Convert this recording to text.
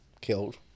killed